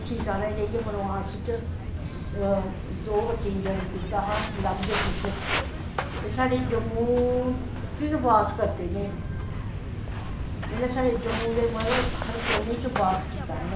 सीता नै जाईयै वनवास च दो बच्चें गी जन्म दित्ता हा लब ते कुश एह् साढ़े जम्मू च बास करदे रेह् न इनैं साढ़े जम्मू दे हर कोनें च बास कीता इनैं